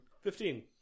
Fifteen